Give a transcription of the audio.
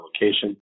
location